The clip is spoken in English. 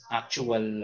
actual